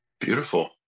Beautiful